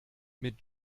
mit